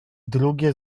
drugie